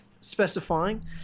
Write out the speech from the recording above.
specifying